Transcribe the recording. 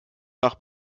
nach